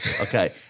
Okay